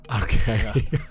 Okay